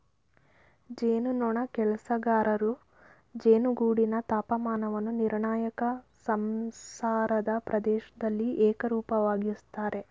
ಜೇನುನೊಣ ಕೆಲಸಗಾರರು ಜೇನುಗೂಡಿನ ತಾಪಮಾನವನ್ನು ನಿರ್ಣಾಯಕ ಸಂಸಾರದ ಪ್ರದೇಶ್ದಲ್ಲಿ ಏಕರೂಪವಾಗಿಸ್ತರೆ